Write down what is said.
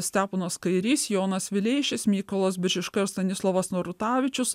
steponas kairys jonas vileišis mykolas biržiška ir stanislovas narutavičius